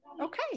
Okay